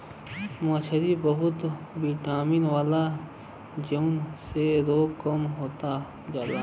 मछरी में बहुत बिटामिन होला जउने से रोग कम होत जाला